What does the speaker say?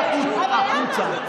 למה החוצה?